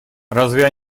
разве